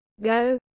Go